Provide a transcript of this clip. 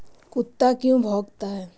कुत्ता क्यों भौंकता है?